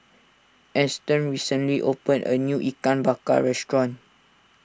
Eston recently opened a new Ikan Bakar restaurant